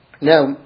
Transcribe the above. Now